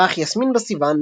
ריח יסמין בסיוון,